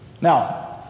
Now